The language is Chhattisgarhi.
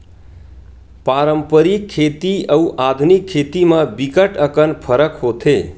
पारंपरिक खेती अउ आधुनिक खेती म बिकट अकन फरक होथे